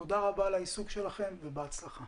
תודה רבה על העיסוק שלכם ובהצלחה